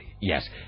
yes